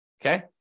okay